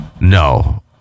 No